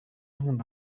nkunda